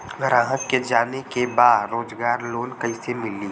ग्राहक के जाने के बा रोजगार लोन कईसे मिली?